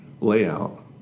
layout